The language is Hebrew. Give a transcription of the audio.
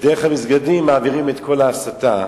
דרך המסגדים מעבירים את כל ההסתה.